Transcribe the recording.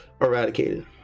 eradicated